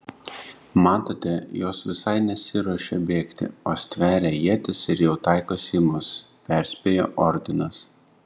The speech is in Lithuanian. matote jos visai nesiruošia bėgti o stveria ietis ir jau taikosi į mus perspėjo ordinas